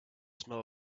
smell